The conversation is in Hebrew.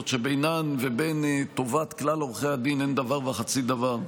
שבינן לבין טובת כלל עורכי הדין אין דבר וחצי דבר.